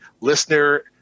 listener